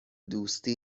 دوستی